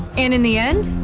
and in the end,